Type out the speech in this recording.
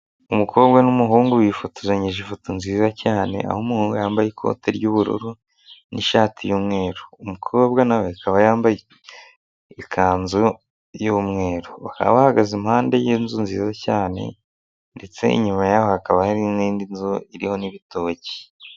Umukobwa n'umuhungu bifotozanyije ifoto nziza cyane, aho umuhungu yambaye ikote ry'ubururu n'ishati y'umweru, umukobwa na we akaba yambaye ikanzu y'umweru, bakaba bahagaze iruhande rw'inzu nziza cyane ndetse inyuma yaho hakaba hari n'indi nzu iriho n'ibitoki.